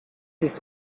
ist